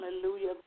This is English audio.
Hallelujah